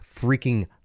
freaking